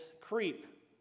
creep